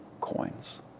coins